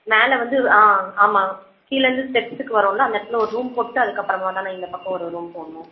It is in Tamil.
மேலே வந்து ஆமாம் கீழருந்து ஸ்டெப்ஸ்க்கு வர்றோம்ல அந்த இடத்தில் ஒரு ரூம் போட்டு அதுக்கு அப்பறமாகதாணா இந்தப்பக்கம் ஒரு ரூம் போடணும்